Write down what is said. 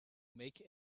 make